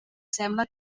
sembla